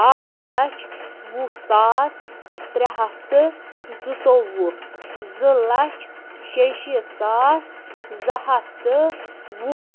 اَکھ لَچھ وُہ ساس ترٛےٚ ہَتھ تہٕ زٕتووُہ زٕ لَچھ شیٚشیٖتھ ساس زٕ ہَتھ تہٕ وُہ